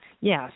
Yes